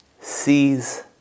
sees